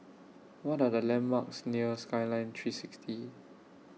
What Are The landmarks near Skyline three sixty